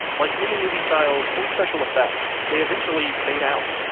like many movie styles or special effects, they eventually fade out.